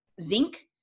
zinc